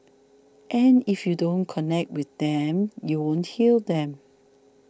and if you don't connect with them you won't heal them